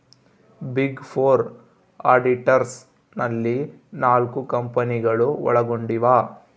big four auditors ನಲ್ಲಿ ನಾಲ್ಕು ಕಂಪನಿಗಳು ಒಳಗೊಂಡಿವ